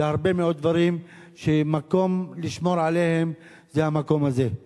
בהרבה מאוד דברים שהמקום לשמור עליהם זה המקום הזה.